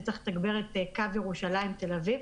שצריך לתגבר את קו ירושלים-תל אביב.